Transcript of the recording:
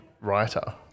writer